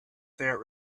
that